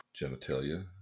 genitalia